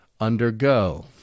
undergo